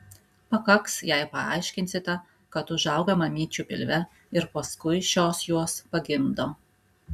pakaks jei paaiškinsite kad užauga mamyčių pilve ir paskui šios juos pagimdo